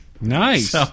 nice